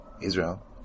Israel